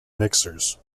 mixers